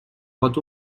pot